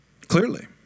Clearly